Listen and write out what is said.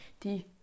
Die